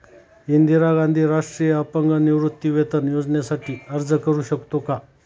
इंदिरा गांधी राष्ट्रीय अपंग निवृत्तीवेतन योजनेसाठी अर्ज करू शकतो का?